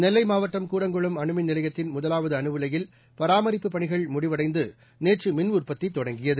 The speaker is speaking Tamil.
நெல்லை மாவட்டம் கூடங்குளம் அனுமின் நிலையத்தின் முதவாவது அனு உலையில் பராமரிப்புப் பணிகள் முடிவடைந்து நேற்று காலை மின்உற்பத்தி தொடங்கியது